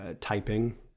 typing